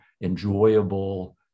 enjoyable